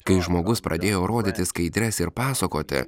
kai žmogus pradėjo rodyti skaidres ir pasakoti